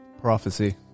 prophecy